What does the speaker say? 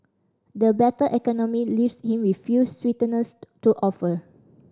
the battered economy leaves him with few sweeteners to offer